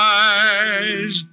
eyes